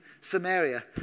Samaria